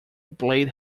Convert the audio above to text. blade